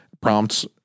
prompts